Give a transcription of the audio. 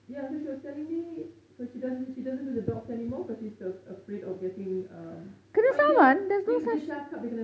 ya so she was telling me so she doesn't she doesn't do the dogs anymore because she's afraid of getting um for dia dia cakap dia kena